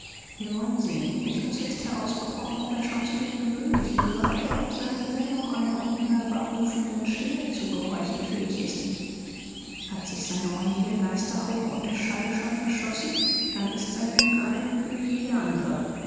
wir wollen sehen ich muß jetzt herausbekommen ob er schon zu den gewöhnlichen gehört oder ob sein wille noch einer unhörbar rufenden stimme zu gehorchen fähig ist hat sich sein ohr jedem geisterhauch und schall schon verschlossen dann ist seine lüge eine lüge wie jede andre